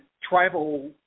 tribal